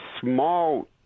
small